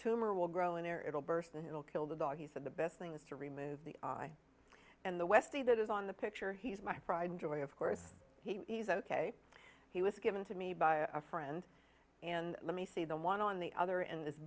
tumor will grow in there it'll burst and it'll kill the dog he said the best thing is to remove the eye and the westy that is on the picture he's my pride and joy of course he's ok he was given to me by a friend and let me see the one on the other end